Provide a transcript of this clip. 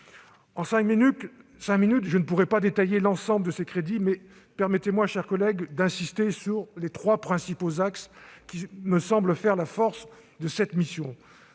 En cinq minutes, je ne pourrai pas détailler l'ensemble de ces crédits, mais permettez-moi, mes chers collègues, d'insister sur les trois principaux axes qui me semblent faire la force de cette mission.